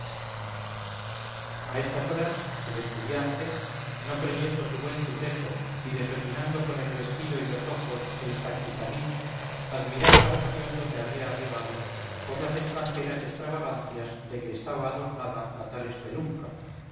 a estas horas el estudiante no creyendo su buen suceso y deshollinando con el vestido y los ojos el zaquizamí admiraba la región donde había arribado por las estranjeras estravagancias de que estaba adornada la tal espelunca